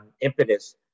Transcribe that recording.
impetus